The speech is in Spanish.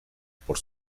por